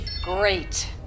Great